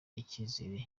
icyizere